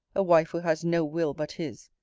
a wife who has no will but his!